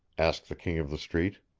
asked the king of the street.